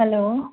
hello